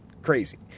Crazy